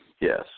yes